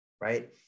right